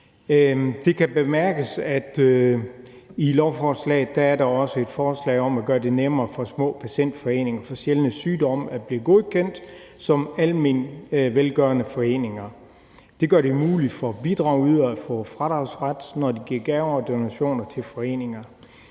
Det kan bemærkes, at der i lovforslaget også er et forslag om at gøre det nemmere for små patientforeninger for sjældne sygdomme at blive godkendt som almenvelgørende foreninger. Det gør det muligt for bidragsydere at få fradragsret, når de giver gaver og donationer til foreninger.